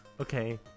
okay